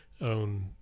own